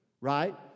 right